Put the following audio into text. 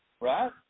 right